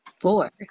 four